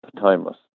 timeless